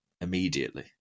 immediately